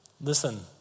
Listen